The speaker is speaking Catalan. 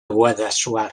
guadassuar